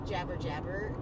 jabber-jabber